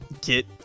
get